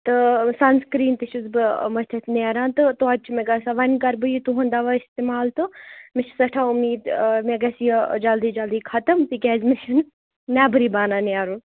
تہٕ sunscreen تہِ چھس بہٕ مٔتھِتھ نیران تہٕ تویتہِ چھُ مےٚ گَژھان وۄنۍ کَر بہٕ یہِ تُہُنٛد دَوا اِستعمال تہٕ مےٚ چھِ سٮ۪ٹھا اُمیٖد مےٚ گژھِ یہِ جَلدی جَلدی خَتم تِکیازِ مےٚ چھُنہٕ نٮ۪برٕےٛ بَنان نیرُن